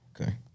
Okay